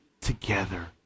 together